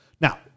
Now